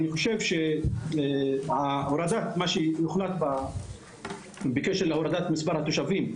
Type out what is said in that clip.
אני חושב שמה שיוחלט בקשר להורדת מספר התושבים,